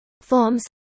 forms